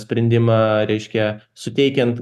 sprendimą reiškia suteikiant